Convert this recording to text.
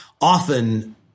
Often